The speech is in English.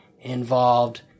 involved